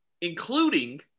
including